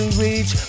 reach